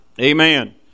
Amen